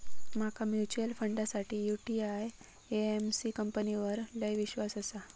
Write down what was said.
माका म्यूचुअल फंडासाठी UTI AMC कंपनीवर लय ईश्वास आसा